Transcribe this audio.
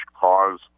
cause